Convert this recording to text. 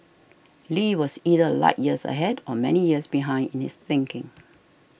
Lee was either light years ahead or many years behind in his thinking